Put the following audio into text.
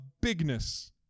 bigness